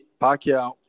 Pacquiao